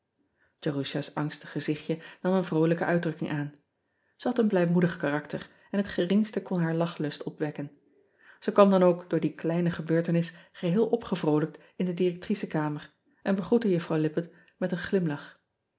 erusha s angstig gezichtje nam een vroolijke uitdrukking aan e had een blijmoedig karakter en het geringste kon haar lachlust opwekken e kwam dan ook door die kleine gebeurtenis geheel opgevroolijkt in de directricekamer en begroette uffrouw ippett met een glimlach